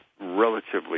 relatively